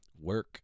work